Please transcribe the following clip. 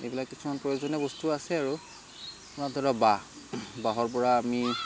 এইবিলাক কিছুমান প্ৰয়োজনীয় বস্তু আছে আৰু ধৰক বাঁহ বাঁহৰপৰা আমি